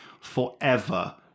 Forever